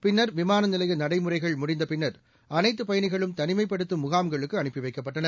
பின்னா் விமானநிலையநடைமுறைகள் முடித்தபின்னா் அனைத்துபயணிகளும் தனிமைப்படுத்தப்படும் முகாம்களுக்குஅனுப்பிவைக்கப்பட்டனர்